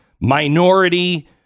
minority